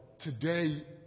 today